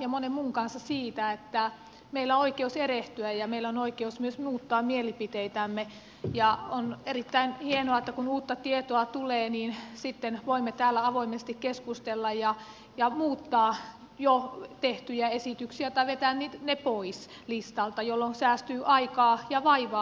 ja monen muun kanssa siitä että meillä on oikeus erehtyä ja meillä on oikeus myös muuttaa mielipiteitämme ja on erittäin hienoa että kun uutta tietoa tulee niin sitten voimme täällä avoimesti keskustella ja muuttaa jo tehtyjä esityksiä tai vetää ne pois listalta jolloin säästyy aikaa ja vaivaa